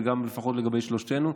לפחות לגבי שלושתנו,